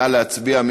נא להצביע.